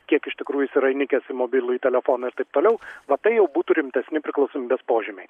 kiek iš tikrųjų jis yra įnikęs į mobilųjį telefoną ir taip toliau va tai jau būtų rimtesni priklausomybės požymiai